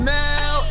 now